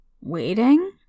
Waiting